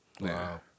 Wow